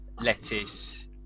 lettuce